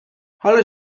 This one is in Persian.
حالا